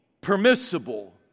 permissible